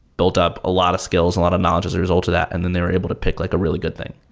built up a lot of skills, a lot of knowledge as a result of that and then they were able to pick like a really good thing.